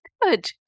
Good